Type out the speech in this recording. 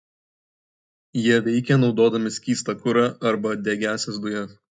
jie veikia naudodami skystą kurą arba degiąsias dujas